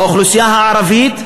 האוכלוסייה הערבית,